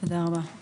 הישיבה ננעלה בשעה